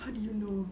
how did you know